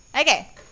Okay